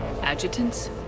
adjutants